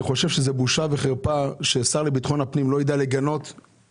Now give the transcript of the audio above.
אני חושב שזאת בושה וחרפה ששר לביטחון פנים לא ידע לגנות מקרה כזה.